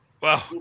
Wow